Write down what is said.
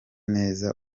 neza